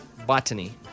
Botany